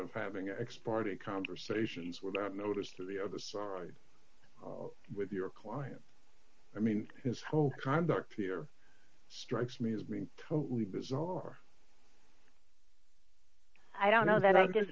of having an ex parte conversations without notice to the other side with your client i mean his whole conduct here strikes me as being totally bizarre i don't know that i'm just